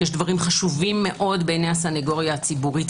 יש דברים חשובים מאוד בעיני הסנגוריה הציבורית,